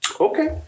okay